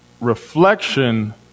reflection